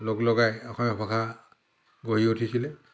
লগ লগাই অসমীয়া ভাষা গঢ়ি উঠিছিল